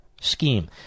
scheme